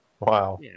wow